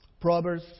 Proverbs